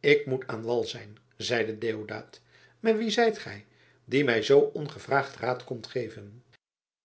ik moet aan wal zijn zeide deodaat maar wie zijt gij die mij zoo ongevraagd raad komt geven